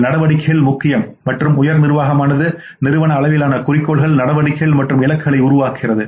உங்கள் நடவடிக்கைகள் முக்கியம் மற்றும் உயர் நிர்வாகமானது நிறுவன அளவிலான குறிக்கோள்கள் நடவடிக்கைகள் மற்றும் இலக்குகளை உருவாக்குகிறது